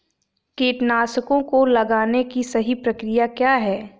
कीटनाशकों को लगाने की सही प्रक्रिया क्या है?